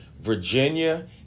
Virginia